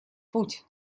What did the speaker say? путь